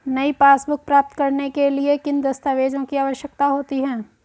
नई पासबुक प्राप्त करने के लिए किन दस्तावेज़ों की आवश्यकता होती है?